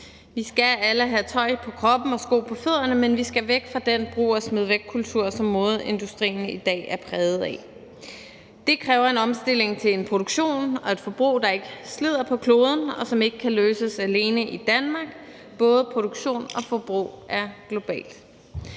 Vi skal alle have tøj på kroppen og sko på fødderne, men vi skal væk fra den brug og smid væk-kultur, som modeindustrien i dag er præget af. Det kræver en omstilling til en produktion og et forbrug, der ikke slider på kloden, og det kan ikke løses alene i Danmark – både produktion og forbrug er globalt.